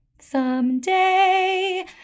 Someday